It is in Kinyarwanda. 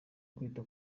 kwita